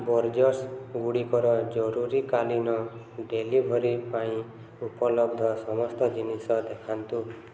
Borges ଗୁଡ଼ିକର ଜରୁରୀକାଳୀନ delivery ପାଇଁ ଉପଲବ୍ଧ ସମସ୍ତ ଜିନିଷ ଦେଖାନ୍ତୁ